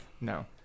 No